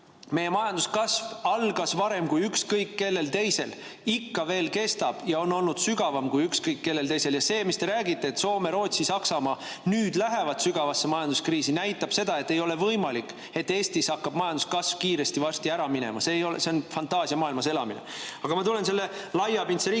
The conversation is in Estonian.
Meie majandus[kriis] algas varem kui ükskõik kellel teisel, ja see ikka veel kestab ja on olnud sügavam kui ükskõik kellel teisel. Ja see, mida te räägite, et Soome, Rootsi, Saksamaa lähevad nüüd sügavasse majanduskriisi, näitab seda, et ei ole võimalik, et Eestis hakkab majandus varsti kasvama. See on fantaasiamaailmas elamine. Aga ma tulen selle laiapindse riigikaitse